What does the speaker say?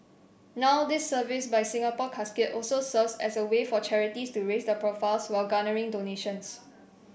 now this service by Singapore Casket also serves as a way for charities to raise their profiles while garnering donations